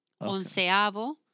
onceavo